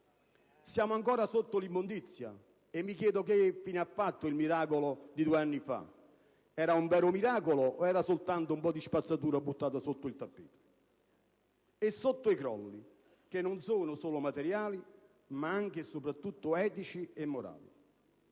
ancora sotto l'immondizia, e mi chiedo che fine ha fatto il miracolo di due anni fa. Era un vero miracolo o era soltanto un po' di spazzatura buttata sotto il tappeto? Ed è anche un'Italia sotto i crolli, che non sono solo materiali ma anche e soprattutto etici e morali.